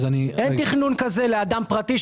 האם זה נכלל בהגדרה של שלד,